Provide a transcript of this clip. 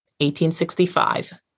1865